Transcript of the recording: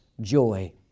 joy